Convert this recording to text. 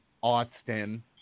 Austin